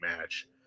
match